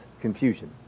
confusion